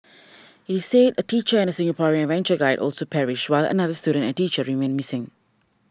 it said a teacher and a Singaporean adventure guide also perished while another student and a teacher remain missing